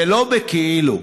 ולא כאילו,